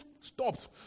stopped